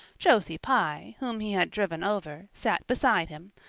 josie pye, whom he had driven over, sat beside him,